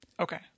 okay